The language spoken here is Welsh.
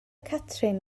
catrin